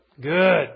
Good